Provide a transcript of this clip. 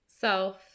self